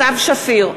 סתיו שפיר,